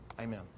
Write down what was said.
Amen